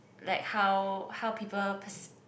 like how how people perce~